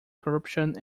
corruption